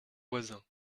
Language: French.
voisin